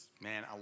Man